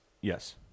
Yes